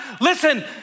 listen